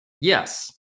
Yes